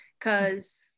Cause